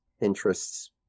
interests